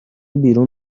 بیرون